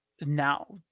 now